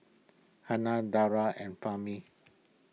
Hana Dara and Fahmi